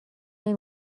نمی